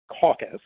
caucus